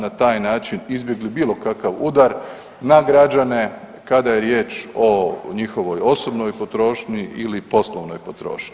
Na taj način izbjegli bilo kakav udar na građane kada je riječ o njihovoj osobnoj potrošnji li poslovnoj potrošnji.